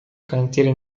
cantieri